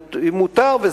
ומותר,